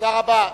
תודה רבה.